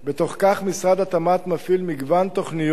בתוך כך, משרד התמ"ת מפעיל מגוון תוכניות,